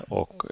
och